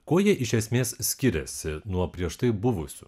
kuo ji iš esmės skiriasi nuo prieš tai buvusių